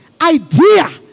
idea